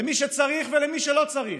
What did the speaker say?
למי שצריך ולמי שלא צריך,